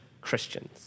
Christians